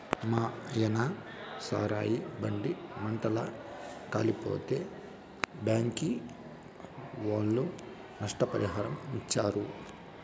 మాయన్న సారాయి బండి మంటల్ల కాలిపోతే బ్యాంకీ ఒళ్ళు నష్టపరిహారమిచ్చారు